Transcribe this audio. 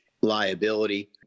liability